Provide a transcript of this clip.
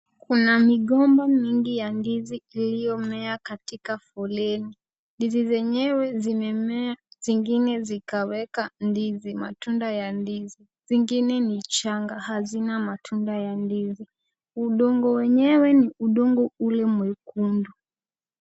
Kuna migomba mingi ya ndizi iliyomea katika foleni. Ndizi zenyewe zimemea zingine zikaweka ndizi matunda ya ndizi. Zingine ni changa, hazina matunda ya ndizi. Udongo wenyewe ni udongo ule mwekundu.